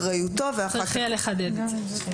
אחריותו" ואחר כך --- צריך לחדד את זה.